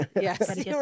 Yes